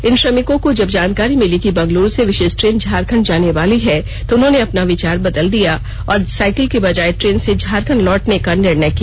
इन श्रमिकों को जब जानकारी मिली कि बंगलुरू से विशेष ट्रेन झारखंड जाने वाली है तो उन्होंने अपना विचार बदल दिया और साइकिल के बजाय ट्रेन से झारखंड लौटाने का निर्णय किया